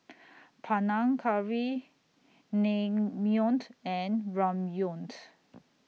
Panang Curry Naengmyeon and Ramyeon